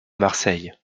marseille